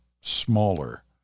smaller